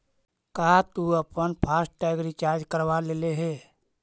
का तु अपन फास्ट टैग रिचार्ज करवा लेले हे?